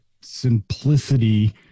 simplicity